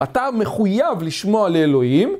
אתה מחויב לשמוע לאלוהים